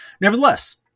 Nevertheless